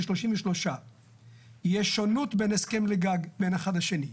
33. יש שונות בין הסכם גג בין אחד לשני.